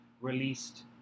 Released